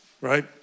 right